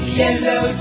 yellow